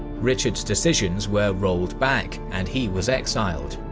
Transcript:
richard's decisions were rolled back, and he was exiled.